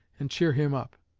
and cheer him up